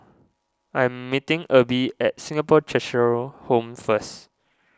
I am meeting Erby at Singapore Cheshire Home first